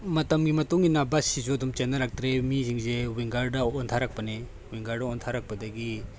ꯃꯇꯝꯒꯤ ꯃꯇꯨꯡ ꯏꯟꯅ ꯕꯁꯁꯤꯁꯨ ꯑꯗꯨꯝ ꯆꯦꯟꯅꯔꯛꯇ꯭ꯔꯦ ꯃꯤꯁꯤꯡꯁꯦ ꯋꯥꯡꯒ꯭ꯔꯗ ꯑꯣꯟꯊꯔꯛꯄꯅꯦ ꯋꯥꯡꯒ꯭ꯔꯗ ꯑꯣꯟꯊꯔꯛꯄꯗꯒꯤ